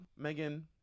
Megan